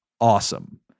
awesome